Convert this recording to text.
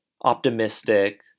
optimistic